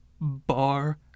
bar